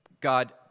God